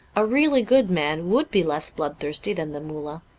a really good man would be less bloodthirsty than the mullah.